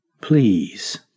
Please